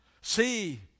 see